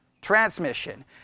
transmission